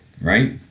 right